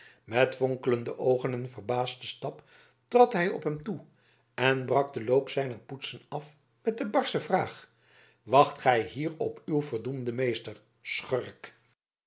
met fonkelende oogen en verhaasten stap trad hij op hem toe en brak den loop zijner potsen af met de barsche vraag wacht gij hier op uw verdoemden meester schurk